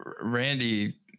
Randy